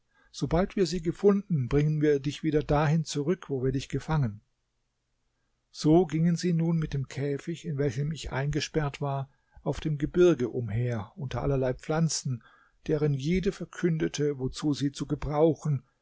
sobald wir sie gefunden bringen wir dich wieder dahin zurück wo wir dich gefangen so gingen sie nun mit dem käfig in welchem ich eingesperrt war auf dem gebirge umher unter allerlei pflanzen deren jede verkündete wozu sie zu gebrauchen